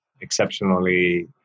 exceptionally